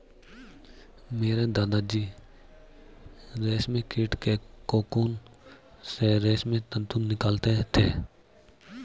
मेरे दादा जी रेशमी कीट के कोकून से रेशमी तंतु निकालते थे